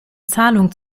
zahlung